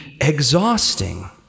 exhausting